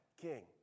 king